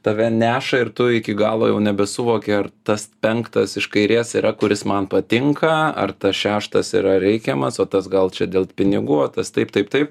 tave neša ir tu iki galo jau nebesuvoki ar tas penktas iš kairės yra kuris man patinka ar tas šeštas yra reikiamas va tas gal čia dėl pinigų o tas taip taip taip